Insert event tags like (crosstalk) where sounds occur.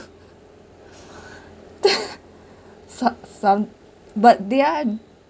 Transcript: (laughs) suc~ some but they are